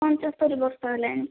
ପଞ୍ଚସ୍ତୋରି ବର୍ଷ ହେଲାଣି